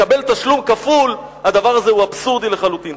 לקבל תשלום כפול, הדבר הזה הוא אבסורדי לחלוטין.